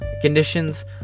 conditions